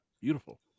beautiful